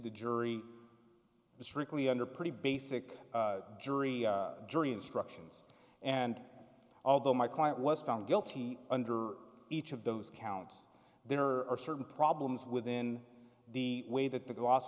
the jury strictly under pretty basic jury jury instructions and although my client was found guilty under each of those counts there are certain problems within the way that the gas